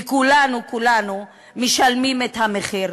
וכולנו כולנו משלמים את המחיר.